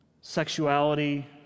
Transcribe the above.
sexuality